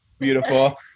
Beautiful